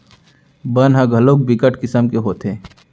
बन ह घलोक बिकट किसम के होथे